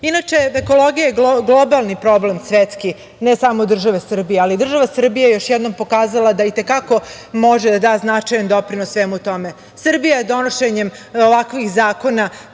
države. Inače, ekologija je globalni problem svetski, ne samo države Srbije, ali država Srbija je još jednom pokazala da i te kako može da da značajan doprinos svemu tome. Srbija donošenjem ovakvih zakona